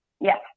Yes